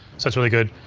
so it's really good.